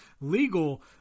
legal